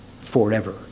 forever